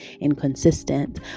inconsistent